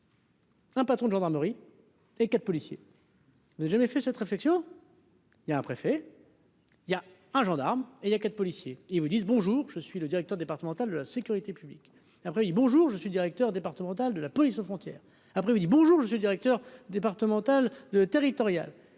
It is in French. Un patron de gendarmerie et 4 policiers. Mais jamais fait cette réflexion. Il y a un préfet. Il y a un gendarme et il y a 4 policiers, ils vous disent bonjour, je suis le directeur départemental de la sécurité publique après oui bonjour, je suis directeur départemental de la police aux frontières après il me dit bonjour monsieur, directeur départemental de territoriale,